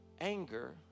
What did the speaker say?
anger